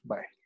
Bye